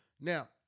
Now